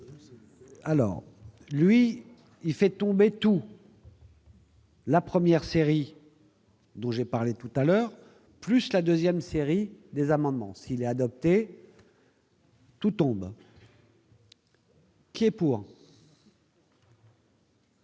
alors lui il fait tomber tout. La première série. Donc, j'ai parlé tout à l'heure, plus la 2ème série des amendements, s'il est adopté. Qui est pour.